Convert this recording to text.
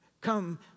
come